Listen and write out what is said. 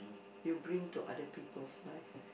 you bring to other people's life